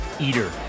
eater